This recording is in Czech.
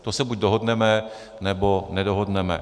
To se buď dohodneme, nebo nedohodneme.